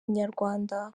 inyarwanda